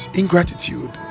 ingratitude